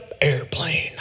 airplane